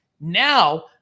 Now